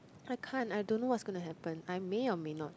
I can't I don't know what's gonna happen I may or may not